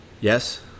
Yes